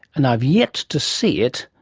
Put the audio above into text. and i've yet to see it,